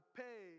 pay